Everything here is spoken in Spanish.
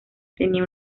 tenía